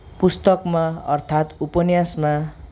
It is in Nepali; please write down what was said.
पुस्तकमा अर्थात उपन्यासमा